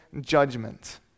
judgment